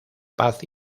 paz